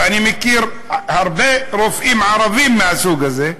ואני מכיר הרבה רופאים ערבים מהסוג הזה,